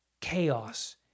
chaos